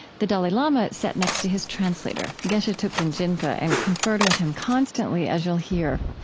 the dalai lama sat next to his translator, geshe thupten jinpa, and conferred with him constantly, as you'll hear.